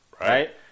Right